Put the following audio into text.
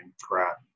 crap